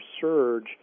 surge